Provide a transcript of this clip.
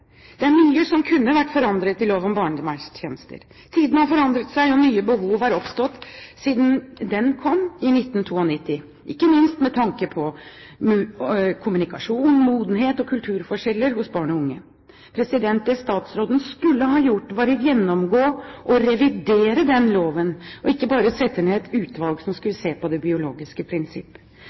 Det er mye som kunne vært forandret i lov om barnevernstjenester. Tidene har forandret seg, og nye behov har oppstått siden den kom i 1992, ikke minst med tanke på kommunikasjon, modenhet og kulturforskjeller hos barn og unge. Det statsråden skulle ha gjort, var å gjennomgå og revidere den loven, ikke bare sette ned et utvalg som skulle se på det biologiske prinsipp.